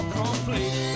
complete